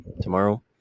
Tomorrow